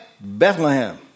Bethlehem